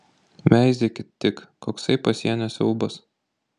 veizėkit tik koksai pasienio siaubas